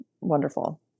Wonderful